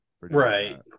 right